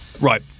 Right